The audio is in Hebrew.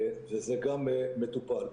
וזה גם מטופל.